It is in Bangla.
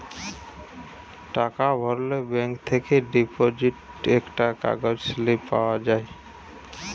টাকা ভরলে ব্যাঙ্ক থেকে ডিপোজিট একটা কাগজ স্লিপ পাওয়া যায়